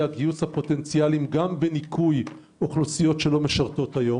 הגיוס הפוטנציאלי גם בניכוי אוכלוסיות שאינן משרתות כיום.